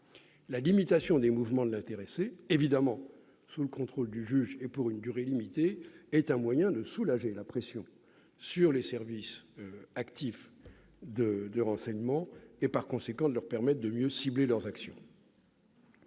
La limitation des mouvements de l'intéressé, évidemment sous le contrôle du juge et pour une durée limitée, est un moyen de soulager la pression sur les services actifs de renseignement et, par conséquent, de leur permettre de mieux cibler leurs actions.